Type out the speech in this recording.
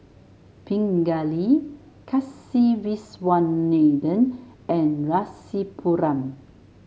Pingali Kasiviswanathan and Rasipuram